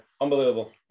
unbelievable